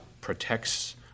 protects